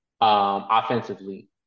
offensively